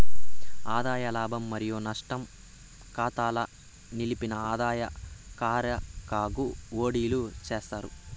ఆదాయ లాభం మరియు నష్టం కాతాల నిలిపిన ఆదాయ కారిగాకు ఓడిలీ చేస్తారు